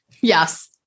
Yes